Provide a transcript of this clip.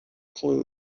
clue